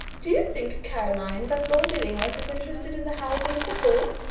do you think, caroline, that lord illingworth is interested in the housing of the poor?